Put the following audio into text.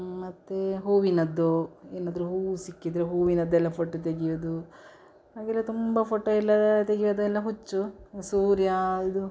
ಮತ್ತು ಹೂವಿನದ್ದು ಏನಾದರೂ ಹೂವು ಸಿಕ್ಕಿದರೆ ಹೂವಿನದ್ದೆಲ್ಲ ಫೋಟೊ ತೆಗಿಯೋದು ಹಾಗೆಲ್ಲ ತುಂಬ ಫೋಟೊ ಎಲ್ಲ ತೆಗಿಯೋದೆಲ್ಲ ಹುಚ್ಚು ಸೂರ್ಯ ಇದು